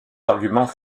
arguments